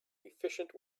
efficient